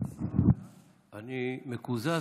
אני מקוזז,